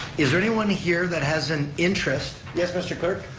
is there anyone here that has an interest, yes, mr. clerk?